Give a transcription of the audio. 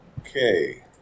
Okay